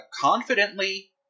confidently